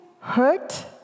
hurt